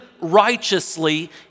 righteously